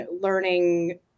learning